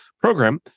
program